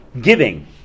giving